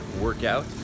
workout